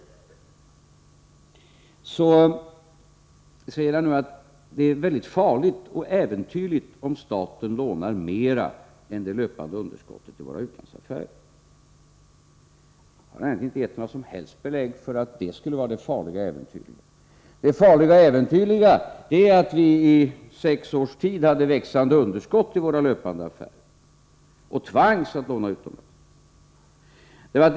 Lars Tobisson säger att det är väldigt farligt och äventyrligt om staten lånar mera än som motsvaras av det löpande underskottet i våra utlandsaffärer. Men att det skulle vara det farliga och äventyrliga har han egentligen inte gett några som helst belägg för. Det farliga och äventyrliga är att vi under sex års tid hade växande underskott i våra löpande affärer och tvangs att låna utomlands.